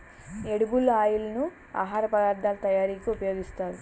edible oil ను ఆహార పదార్ధాల తయారీకి ఉపయోగిస్తారు